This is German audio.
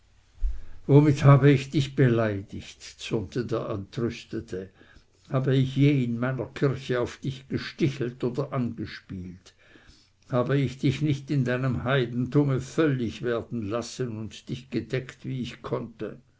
womit habe ich dich beleidigt zürnte der entrüstete habe ich je in meiner kirche auf dich gestichelt oder angespielt habe ich dich nicht in deinem heidentume völlig werden lassen und dich gedeckt wie ich konnte